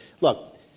Look